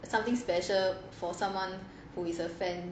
something special for someone who is a fan